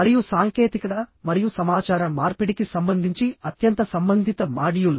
మరియు సాంకేతికత మరియు సమాచార మార్పిడికి సంబంధించి అత్యంత సంబంధిత మాడ్యూల్